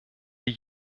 die